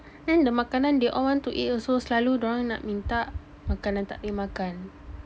then the makanan they all want to eat also selalu dia orang nak minta makanan I tak boleh makan